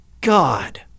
God